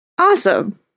Awesome